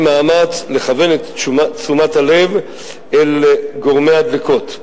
מאמץ לכוון את תשומת הלב אל גורמי הדלקות,